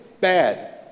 bad